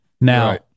Now